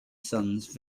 sons